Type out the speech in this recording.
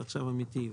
זה אמיתי.